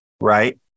right